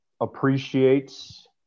appreciates